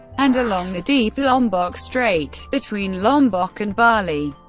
and along the deep lombok strait, between lombok and bali.